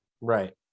right